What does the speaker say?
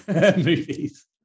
movies